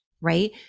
right